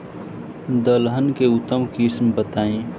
दलहन के उन्नत किस्म बताई?